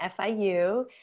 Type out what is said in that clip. FIU